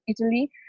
Italy